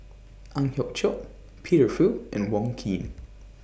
Ang Hiong Chiok Peter Fu and Wong Keen